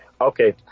Okay